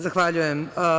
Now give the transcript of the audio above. Zahvaljujem.